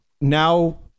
now